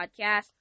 podcast